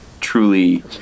truly